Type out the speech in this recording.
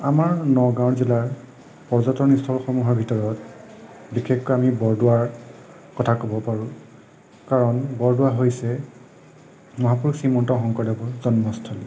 আমাৰ নগাওঁ জিলাৰ পৰ্যটনীস্থলসমূহৰ ভিতৰত বিশেষকৈ আমি বৰদোৱাৰ কথা ক'ব পাৰোঁ কাৰণ বৰদোৱা হৈছে মহাপুৰুষ শ্ৰীমন্ত শংকৰদেৱৰ জন্ম স্থান